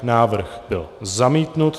Návrh byl zamítnut.